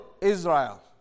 Israel